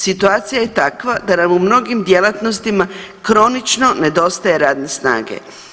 Situacija je takva da nam u mnogim djelatnostima kronično nedostaje radne snage.